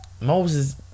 Moses